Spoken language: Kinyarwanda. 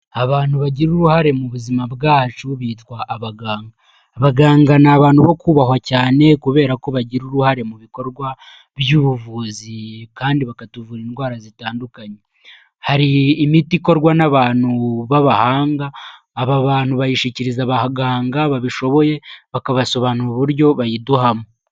Abantu bagira uruhare mu buzima bwacu bitwa abaganga, baganga ni abantu bo kubahwa cyane kubera ko bagira uruhare mu bikorwa by'ubuvuzi kandi bakatuvura indwara zitandukanye, hari imiti ikorwa n'abantu b'abahanga aba bantu bayishikiriza abaganga babishoboye bakabasobanurira uburyo bayiduhamo.